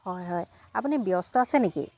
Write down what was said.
হয় হয় আপুনি ব্যস্ত আছে নেকি